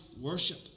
worship